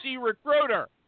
Recruiter